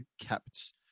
kept